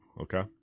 Okay